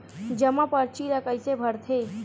जमा परची ल कइसे भरथे?